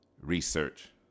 research